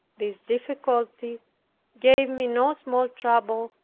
this difficulty gave me no small trouble,